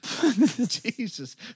Jesus